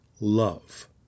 love